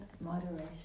moderation